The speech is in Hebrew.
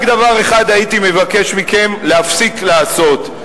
רק דבר אחד הייתי מבקש מכם להפסיק לעשות: